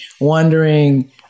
wondering